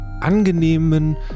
angenehmen